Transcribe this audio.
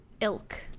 ilk